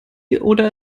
oder